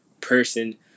person